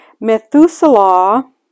Methuselah